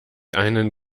einen